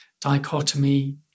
dichotomy